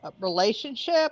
relationship